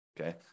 Okay